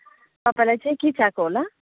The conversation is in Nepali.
तपाईँलाई चाहिँ के चहिएको होला